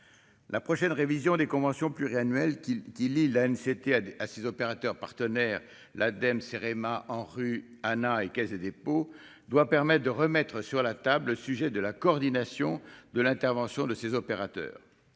la prochaine révision des conventions pluriannuelles qui qui lie la haine, c'était à des à ses opérateurs partenaires l'Ademe CEREMA en rue, Anna et Caisse des dépôts, doit permettre de remettre sur la table au sujet de la coordination de l'intervention de ces opérateurs